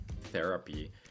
therapy